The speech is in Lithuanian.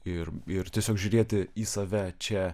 ir ir tiesiog žiūrėti į save čia